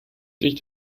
sich